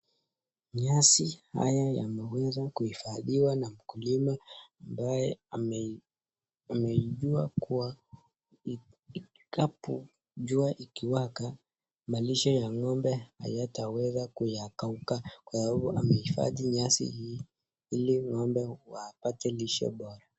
Nyasi haya yameweza kuhifadhiwa na mkulima ambaye ameijua kuwa itakapo jua ikiwaka malisho ya ng'ombe hayataweza kuyakauka kwa hivyo amehifahdi nyasi hii ili ng'ombe wapate lishe bora .